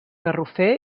garrofer